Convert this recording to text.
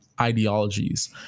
ideologies